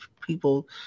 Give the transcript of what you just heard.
people